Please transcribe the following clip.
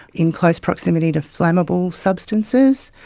in close proximity to flammable substances,